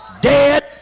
dead